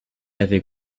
avait